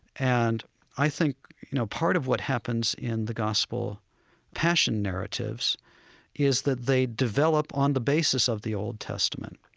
and i think, you know, part of what happens in the gospel passion narratives is that they develop on the basis of the old testament.